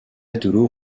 دروغ